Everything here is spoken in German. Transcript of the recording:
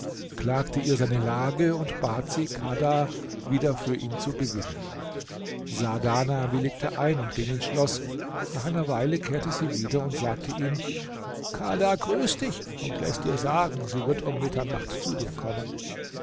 klagte ihr seine lage und bat sie kadha wieder für ihn zu gewinnen saadana willigte ein und ging ins schloß nach einer weile kehrte sie wieder und sagte ihm kadha grüßt dich und läßt dir sagen sie wird um mitternacht zu dir kommen